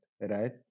right